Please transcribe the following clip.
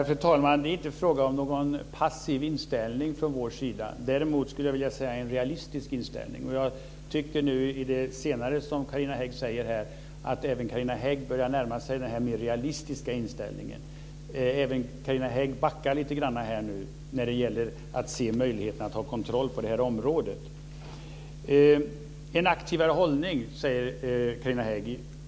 Fru talman! Det är inte fråga om någon passiv inställning från vår sida. Däremot skulle jag vilja säga att det är en realistisk inställning. Jag tycker att även Carina Hägg i det senare hon nu säger börjar närma sig en realistisk inställning. Carina Hägg backar lite grann när det gäller att se möjligheterna att ha kontroll på det här området. En aktivare hållning, säger Carina Hägg.